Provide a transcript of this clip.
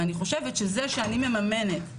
אני חושבת שזה שאני מממנת,